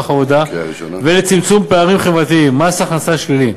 העבודה ולצמצום פערים חברתיים (מס הכנסה שלילי),